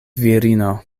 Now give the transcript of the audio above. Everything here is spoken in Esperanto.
virino